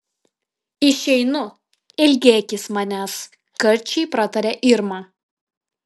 išeinu ilgėkis manęs karčiai pratarė irma